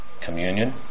communion